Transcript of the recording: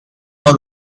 was